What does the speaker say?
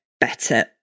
better